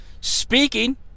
Speaking